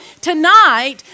Tonight